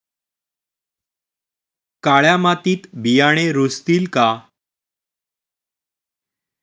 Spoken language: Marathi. काळ्या मातीत बियाणे रुजतील का?